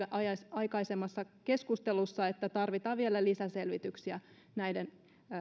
aikaisemmassa keskustelussa niin tarvitaan vielä lisäselvityksiä näiden